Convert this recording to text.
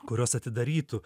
kurios atidarytų